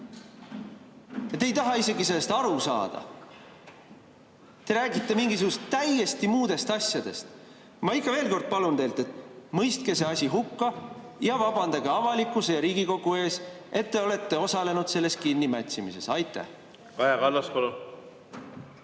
Te ei taha isegi sellest aru saada. Te räägite mingisugustest täiesti muudest asjadest. Ma ikka veel kord palun teilt, et mõistke see asi hukka ja vabandage avalikkuse ja Riigikogu ees, et te olete osalenud selles kinnimätsimises. Aitäh,